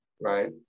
right